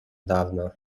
dawno